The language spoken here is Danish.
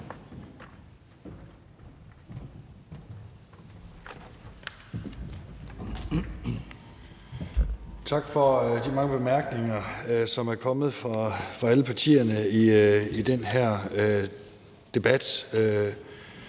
Tak for de mange bemærkninger, som er kommet fra alle partierne i den her debat,